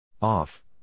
Off